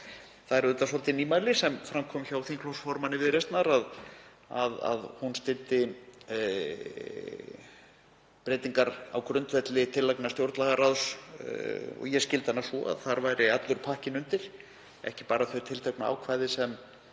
Það er auðvitað svolítið nýmæli, sem fram kom hjá þingflokksformanni Viðreisnar, að hún styddi breytingar á grundvelli tillagna stjórnlagaráðs. Ég skildi hana svo að þar væri allur pakkinn undir, ekki bara þau tilteknu ákvæði sem